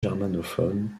germanophones